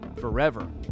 forever